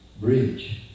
bridge